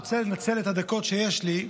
אני רוצה לנצל את הדקות שיש לי.